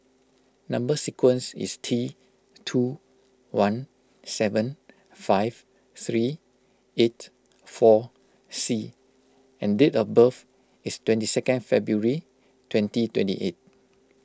Number Sequence is T two one seven five three eight four C and date of birth is twenty second February twenty twenty eight